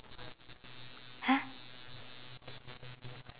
!huh!